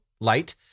light